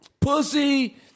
Pussy